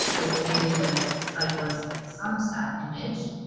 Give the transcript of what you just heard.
like maybe this cyclist at sunset image.